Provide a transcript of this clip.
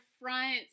front